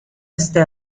este